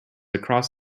across